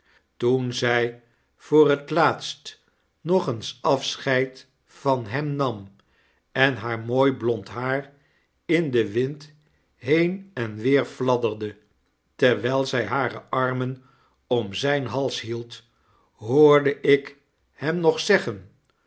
toen zy fyoor het laatst nog eens afscheid van hem nam i haar mooi blond haar in den wind heen en feveer fldderde terwyi zy hare armen om zyn hals lleld hoor ik hem nog zeggen